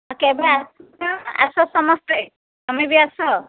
କେବେ ଆସୁଛ ଆସ ସମସ୍ତେ ତୁମେ ବି ଆସ